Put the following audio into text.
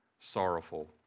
sorrowful